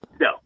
no